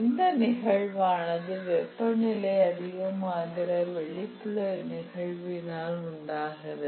இந்த நிகழ்வானது வெப்பநிலை அதிகமாகிற வெளிப்புற நிகழ்வினால் உண்டாகிறது